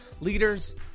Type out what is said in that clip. leaders